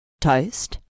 Toast